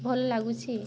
ଭଲ ଲାଗୁଛି